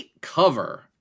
cover